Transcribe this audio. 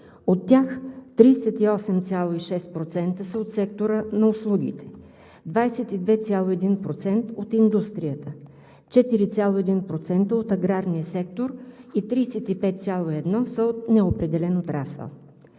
от тях 38,6% са от сектора на услугите; 22,1% – от индустрията; 4,1% – от аграрния сектор; и 35,1% са от неопределен отрасъл.